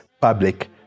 public